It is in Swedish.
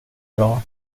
bra